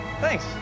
Thanks